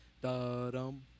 Da-dum